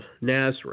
Nazareth